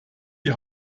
die